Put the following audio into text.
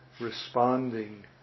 responding